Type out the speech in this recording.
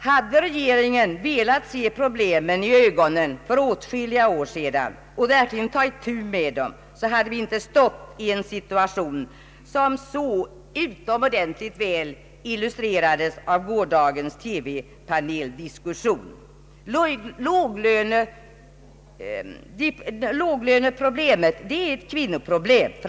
Hade regeringen velat se problemen i ögonen för åtskilliga år sedan och verkligen tagit itu med dem, hade vi inte stått i en situation som så utomordentligt väl illustrerades av gårdagens paneldiskussion i TV. Låglöneproblemet är framför allt ett kvinnoproblem.